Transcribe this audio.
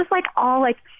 like, all, like,